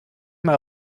mal